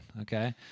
okay